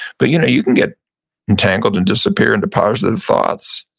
but you know you can get entangled and disappear into positive thoughts.